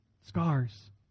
Scars